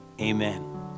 Amen